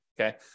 okay